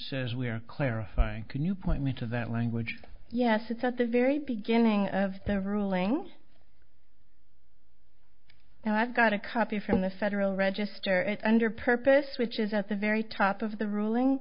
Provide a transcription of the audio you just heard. says we're clarifying can you point me to that language yes it's at the very beginning of the ruling and i've got a copy from the federal register it under purpose which is at the very top of the ruling